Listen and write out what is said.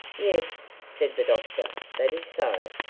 yes, said the doctor, that is so.